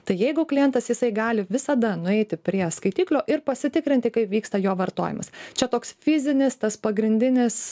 tai jeigu klientas jisai gali visada nueiti prie skaitiklio ir pasitikrinti kaip vyksta jo vartojimas čia toks fizinis tas pagrindinis